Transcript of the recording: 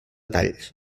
talls